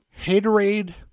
Haterade